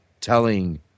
telling